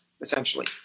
essentially